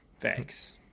Thanks